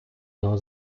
його